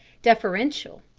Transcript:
deferential.